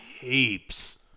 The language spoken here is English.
heaps